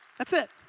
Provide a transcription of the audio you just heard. that's it,